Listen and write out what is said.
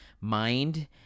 mind